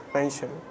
Pension